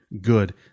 Good